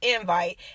invite